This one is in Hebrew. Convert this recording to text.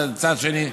וצד שני,